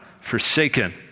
forsaken